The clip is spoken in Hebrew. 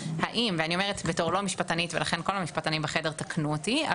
ואני אומרת כלא משפטנים ולכן כל המשפטנים בחדר תקנו אותי,